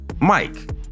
Mike